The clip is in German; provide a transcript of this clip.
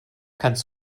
kannst